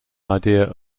idea